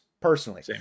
personally